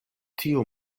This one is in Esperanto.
tiu